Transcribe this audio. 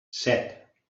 set